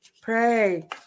Pray